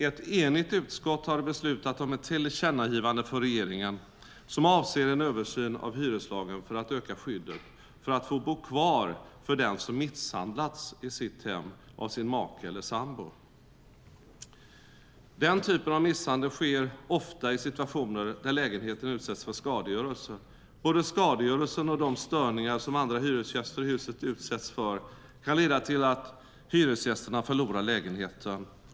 Ett enigt utskott har beslutat att lägga fram förslag om ett tillkännagivande för regeringen som avser en översyn av hyreslagen för att öka skyddet för att få bo kvar för den som har misshandlats i sitt hem av sin make eller sambo. Den typen av misshandel sker ofta i situationer där lägenheten utsätts för skadegörelse. Både skadegörelsen och de störningar som andra hyresgäster i huset utsätts för kan leda till att hyresgästerna förlorar lägenheten.